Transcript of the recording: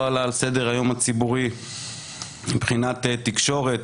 עלה על סדר-היום הציבורי מבחינת תקשורת,